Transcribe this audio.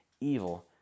evil